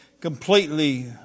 completely